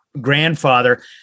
grandfather